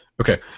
Okay